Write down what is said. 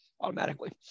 automatically